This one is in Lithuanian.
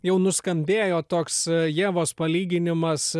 jau nuskambėjo toks ievos palyginimas